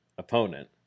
opponent